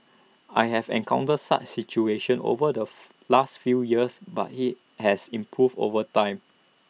I have encountered such situation over the last few years but IT has improved over time